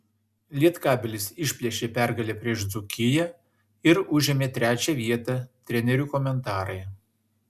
lietkabelis išplėšė pergalę prieš dzūkiją ir užėmė trečią vietą trenerių komentarai